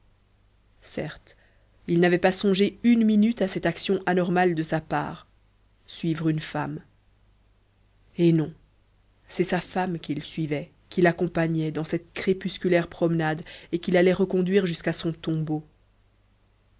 certes il n'avait pas songé une minute à cette action anormale de sa part suivre une femme eh non c'est sa femme qu'il suivait qu'il accompagnait dans cette crépusculaire promenade et qu'il allait reconduire jusqu'à son tombeau